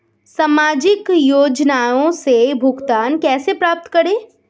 सामाजिक योजनाओं से भुगतान कैसे प्राप्त करें?